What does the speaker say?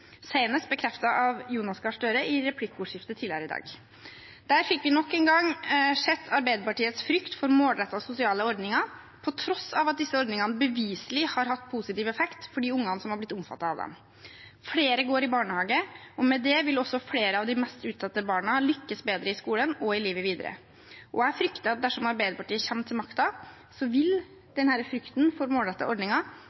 senest bekreftet av Jonas Gahr Støre i replikkordskiftet tidligere i dag. Der fikk vi nok en gang se Arbeiderpartiets frykt for målrettede sosiale ordninger, på tross av at disse ordningene beviselig har hatt positiv effekt for de ungene som har blitt omfattet av dem. Flere går i barnehage, og med det vil også flere av de mest utsatte barna lykkes bedre i skolen og i livet videre. Jeg frykter at dersom Arbeiderpartiet kommer til makta, vil